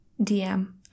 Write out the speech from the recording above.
DM